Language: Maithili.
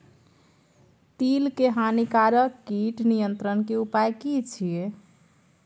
तिल के हानिकारक कीट नियंत्रण के उपाय की छिये?